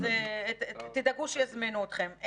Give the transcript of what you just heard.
אז תדאגו שיזמינו אתכם.